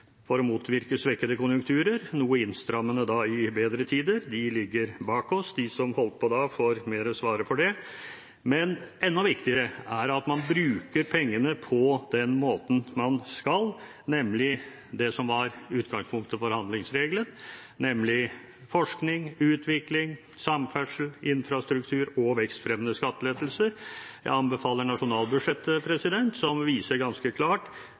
for å motvirke svekkede konjunkturer, men innstrammende i bedre tider – de ligger bak oss. De som holdt på da, får svare for det. Enda viktigere er det at man bruker pengene på den måten man skal, nemlig på det som var utgangspunktet for handlingsregelen: forskning, utvikling, samferdsel, infrastruktur og vekstfremmende skattelettelser. Jeg anbefaler nasjonalbudsjettet, som viser ganske klart